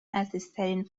عزیزترین